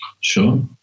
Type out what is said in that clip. Sure